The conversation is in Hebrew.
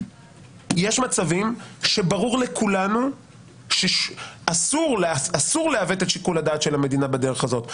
יש מצבים שברור לכולנו שאסור לעוות את שיקול הדעת של המדינה בדרך הזאת.